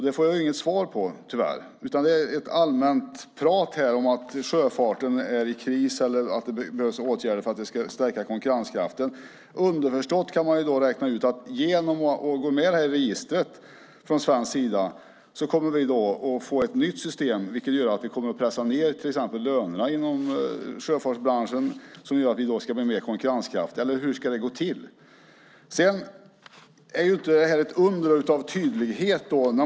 Det får jag inget svar på, tyvärr. I stället är det allmänt prat om att sjöfarten är i kris och att det behövs åtgärder för att stärka konkurrenskraften. Underförstått menar man alltså att genom att vi från svensk sida går med i registret kommer vi att få ett nytt system som gör att vi kommer att pressa ned exempelvis lönerna i sjöfartsbranschen, vilket gör att vi blir mer konkurrenskraftiga - eller hur ska det gå till? Svaret är knappast något under av tydlighet.